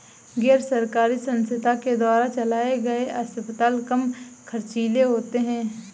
गैर सरकारी संस्थान के द्वारा चलाये गए अस्पताल कम ख़र्चीले होते हैं